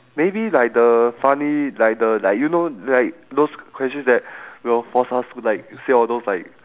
maybe like the funny like the like you know like those questions that will force us to like say all those like